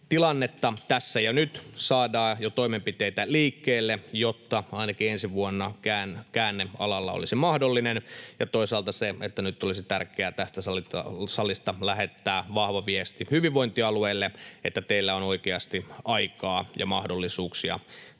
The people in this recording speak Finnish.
tilannetta, tässä ja nyt saadaan jo toimenpiteitä liikkeelle, jotta ainakin ensi vuonna käänne alalla olisi mahdollinen, ja toisaalta nyt olisi tärkeää tästä salista lähettää vahva viesti hyvinvointialueille, että heillä on oikeasti aikaa ja mahdollisuuksia toteuttaa